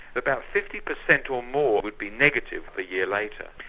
about fifty percent or more would be negative a year later.